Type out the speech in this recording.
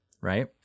right